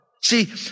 See